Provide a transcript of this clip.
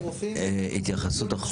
התייחסות אחרונה.